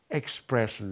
express